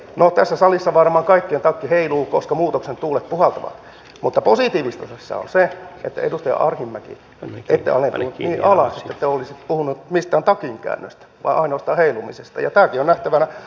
no tässä salissa varmaan kaikkien takki heiluu koska muutoksen tuulet puhaltavat mutta positiivista tässä on se että edustaja arhinmäki ette alentunut niin alas että olisitte puhunut mistään takinkäännöstä vaan ainoastaan heilumisesta ja tämäkin on nähtävä positiivisena asiana